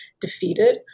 defeated